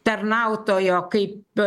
tarnautojo kaip